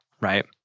Right